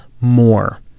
more